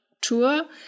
tour